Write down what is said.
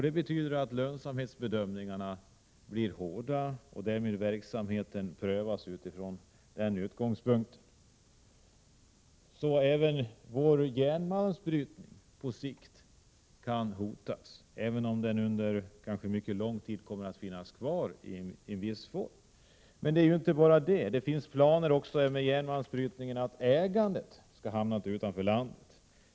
Det betyder att lönsamhetsbedömningarna blir hårda och att verksamheten därmed prövas från den utgångspunkten. Sveriges järnmalmsbrytning kan alltså vara hotad på sikt, även om den under mycket lång tid kommer att finnas kvar i viss form. Men det finns också planer för järnmalmsbrytningen som innebär att ägandet kan hamna utanför landet.